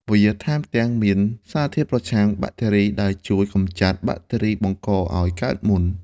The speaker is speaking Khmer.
វាថែមទាំងមានសារធាតុប្រឆាំងបាក់តេរីដែលជួយកម្ចាត់បាក់តេរីបង្កឲ្យកើតមុន។